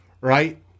right